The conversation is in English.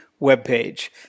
webpage